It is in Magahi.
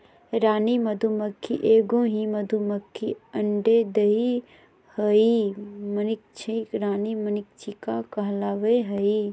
रानी मधुमक्खी एगो ही मधुमक्खी अंडे देहइ उहइ मक्षिका रानी मक्षिका कहलाबैय हइ